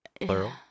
plural